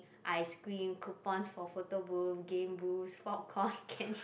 Ice creams coupons for photo booth game booth popcorn candy